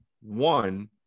One